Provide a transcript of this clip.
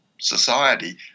society